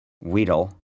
Weedle